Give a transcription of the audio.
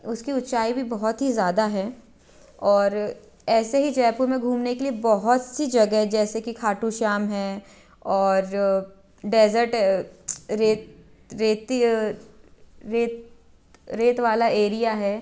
उसकी ऊँचाई भी बहुत ही ज़्यादा है और ऐसे ही जयपुर में घूमने के लिए बहुत सी जगह है जैसे कि खाटू श्याम है और डेज़र्ट रेत रेती रेत रेत वाला एरिया है